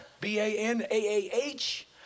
b-a-n-a-a-h